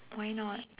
why not